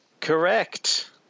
Correct